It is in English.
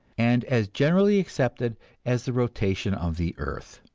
and as generally accepted as the rotation of the earth.